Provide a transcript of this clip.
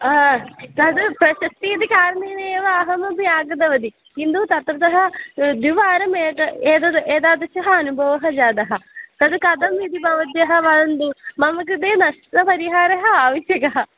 हा तद् प्रशस्तिः इति कारणेन एव अहमपि आगतवती किन्तु तत्रतः द्विवारम् एक एतद् एतादृशः अनुभवः जातः तद् कथम् इति भवत्यः वदन्तु मम कृते नष्टपरिहारः आवश्यकः